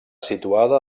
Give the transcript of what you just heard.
situada